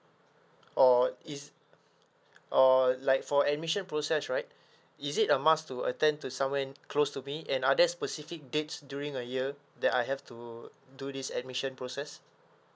or is or like for admission process right is it a must to attend to somewhere close to me and are there specific dates during the year that I have to do this admission process